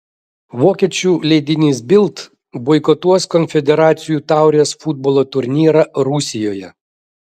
vokiečių leidinys bild boikotuos konfederacijų taurės futbolo turnyrą rusijoje